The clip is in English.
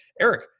Eric